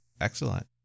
excellent